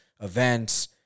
events